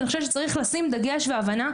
אני אגיד שצריך לשים דגש והבנה,